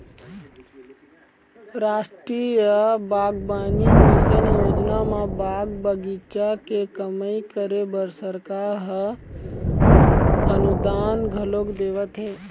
रास्टीय बागबानी मिसन योजना म बाग बगीचा के कमई करे बर सरकार ह अनुदान घलोक देवत हे